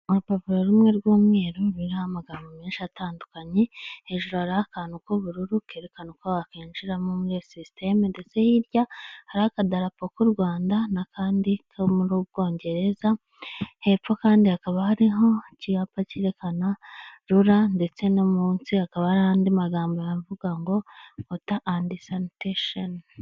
Urupapuro rumwe rw'umweru ruriho amagambo menshi atandukanye, hejuru hari akantu k'ubururu kerekana uko wakjiramo sisiteme, ndetse hirya hariho akadarapo k'u Rwanda n'akandi ka mu Bwongereza, hepfo kandi hakaba hariho icyapa cyerekana rura ndetse no munsi hakaba hari andi magambo avuga ngo wota and saniteshoni.